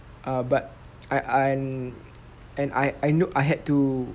err but I I and and I I knew I had to